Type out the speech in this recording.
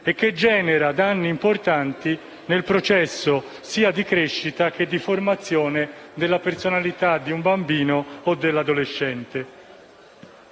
e genera danni importanti nel processo di crescita e di formazione della personalità del bambino o dell'adolescente.